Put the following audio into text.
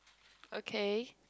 okay